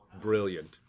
Brilliant